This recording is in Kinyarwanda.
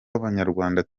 w’abanyarwanda